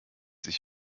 sich